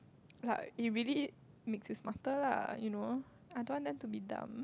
like it really makes it smarter lah you know I don't want them to be dumb